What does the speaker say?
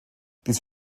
diese